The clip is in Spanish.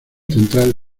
central